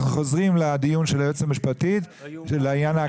אנחנו חוזרים לדיון של היועצת המשפטית בעניין ההקראה.